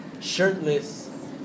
shirtless